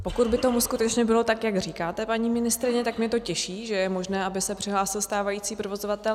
Pokud by tomu skutečně bylo tak, jak říkáte, paní ministryně, tak mě to těší, že je možné, aby se přihlásil stávající provozovatel.